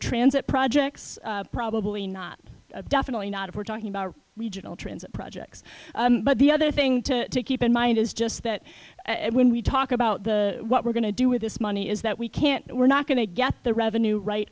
transit projects probably not definitely not if we're talking about regional transit projects but the other thing to keep in mind is just that when we talk about the what we're going to do with this money is that we can't we're not going to get the revenue right